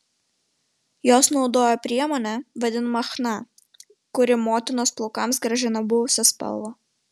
jos naudoja priemonę vadinamą chna kuri motinos plaukams grąžina buvusią spalvą